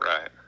right